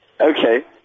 Okay